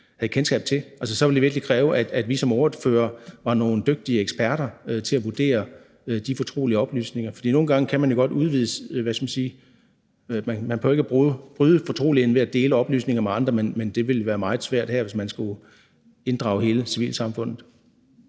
har kendskab til. Altså, så ville det virkelig kræve, at vi som ordførere var nogle dygtige eksperter til at vurdere de fortrolige oplysninger. For nogle gange behøver man jo ikke at bryde fortroligheden ved at dele oplysninger med andre, men det ville være meget svært her, hvis man skulle inddrage hele civilsamfundet.